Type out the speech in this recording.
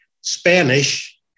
Spanish